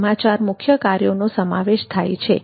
તેમાં ચાર મુખ્ય કાર્યોનો સમાવેશ થાય છે